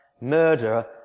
murder